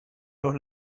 los